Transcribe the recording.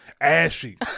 Ashy